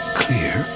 clear